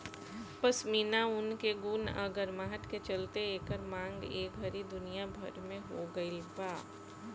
पश्मीना ऊन के गुण आ गरमाहट के चलते एकर मांग ए घड़ी दुनिया भर में हो गइल बा